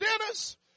dinners